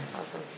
Awesome